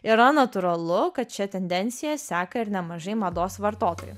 yra natūralu kad šia tendencija seka ir nemažai mados vartotojų